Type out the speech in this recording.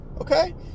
okay